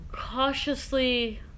cautiously